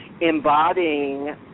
embodying